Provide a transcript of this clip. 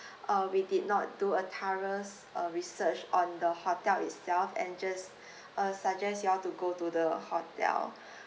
uh we did not do a thorough uh research on the hotel itself and just uh suggest you all to go to the hotel